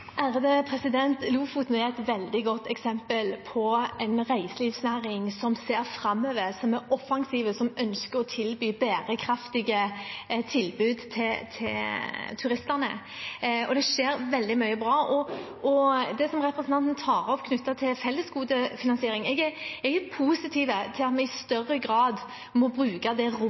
Lofoten er et veldig godt eksempel der en har en reiselivsnæring som ser framover, som er offensiv, som ønsker å tilby bærekraftige tilbud til turistene. Det skjer veldig mye bra. Når det gjelder det representanten tar opp knyttet til fellesgodefinansiering, er jeg positiv til at vi i større grad må bruke det